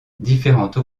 différentes